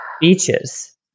beaches